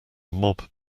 mob